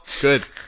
Good